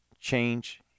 change